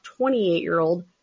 28-year-old